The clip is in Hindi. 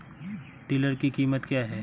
टिलर की कीमत क्या है?